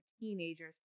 teenagers